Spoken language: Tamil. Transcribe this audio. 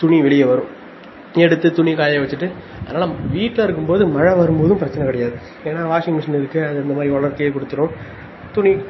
துணி வெளியே வரும் எடுத்து துணி காய வெச்சுட்டு அதனால் வீட்டில் இருக்கும்போது மழை வரும் போதும் பிரச்சின கிடையாது ஏன்னால் வாஷிங் மெஷின் இருக்குது அது இந்தமாதிரி உலர்த்தியே கொடுத்துரும் துணி